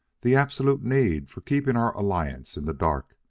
the absolute need for keeping our alliance in the dark,